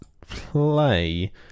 play